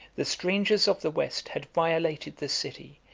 the strangers of the west had violated the city,